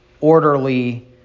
orderly